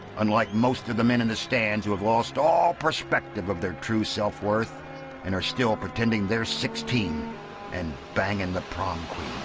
unlike most of the men in the stands, who have lost all perspective of their true self worth and are still pretending they're sixteen and banging the prom